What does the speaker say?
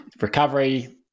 recovery